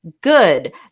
good